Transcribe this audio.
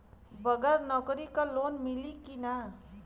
बगर नौकरी क लोन मिली कि ना?